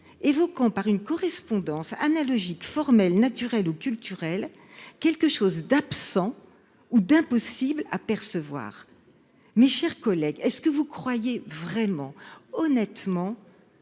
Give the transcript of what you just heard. évoquant par une correspondance analogique, formelle, naturelle ou culturelle quelque chose d'absent ou d'impossible à percevoir. Mes chers collègues, en toute honnêteté,